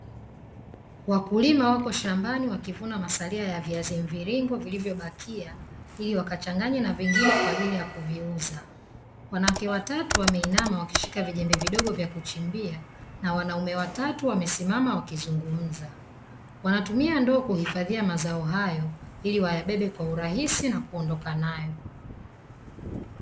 Wakulima wapo shambani wakilima mazalia ya viazi mviringo, vilivyobakia ili wakachanganye na vingine kwa ajili ya kuviuza, wanawake watatu wameinama na kushishika vijembe vidogo kwa ajili ya kuchimbia na wanaume watatu wamesimama wakizungumza wanatumia ndoo kuhifadhia mazao hayo ili wabebe kiurahisi na kuondoka nayo.